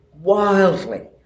Wildly